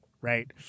right